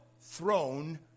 throne